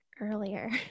earlier